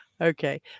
Okay